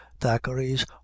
thackeray's